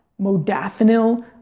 modafinil